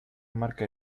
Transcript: marca